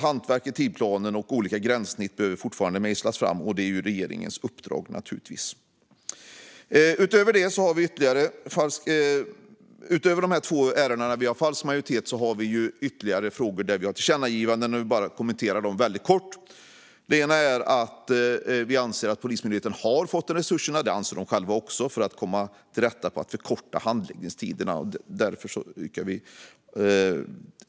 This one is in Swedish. Hantverket, såsom tidsplanen och olika gränssnitt, behöver fortfarande mejslas fram, och detta är naturligtvis regeringens uppdrag. Utöver de två ärenden där det finns falsk majoritet finns det ytterligare frågor där vi har tillkännagivanden. Jag vill kommentera dem väldigt kort. Vi anser att Polismyndigheten har fått resurserna för att komma till rätta med att förkorta handläggningstiderna, och det anser de själva också.